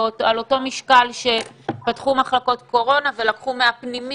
על אותו משקל שפתחו מחלקות קורונה ולקחו מהפנימית,